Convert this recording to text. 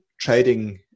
trading